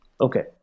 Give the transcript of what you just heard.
Okay